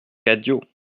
cadio